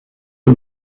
the